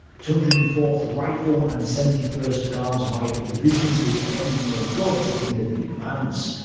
two hundred and fourth rifle and seventy first guards rifle divisions did everything they could to hinder the advance.